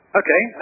okay